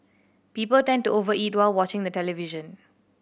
people tend to over eat while watching the television